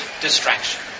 distraction